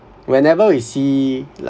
whenever we see